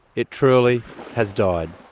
it truly has died.